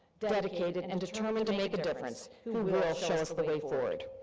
dedicated, and determined to make a difference. who us the way forward.